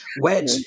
wedge